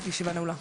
הישיבה נעולה.